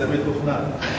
זה מתוכנן.